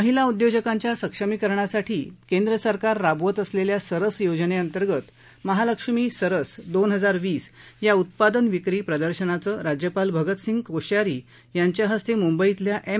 महिला उद्योजकांच्या सक्षमीकरणासाठी केंद्र सरकार राबवत असलेल्या सरस योजनेअंतर्गत महालक्ष्मी सरस दोन हजार वीस या उत्पादन विक्री प्रदर्शनाचं राज्यपाल भगतसिंह कोश्यारी यांच्या हस्ते मुंबईतल्या एम